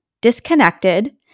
disconnected